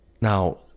now